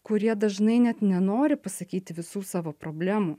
kurie dažnai net nenori pasakyti visų savo problemų